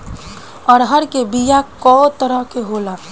अरहर के बिया कौ तरह के होला?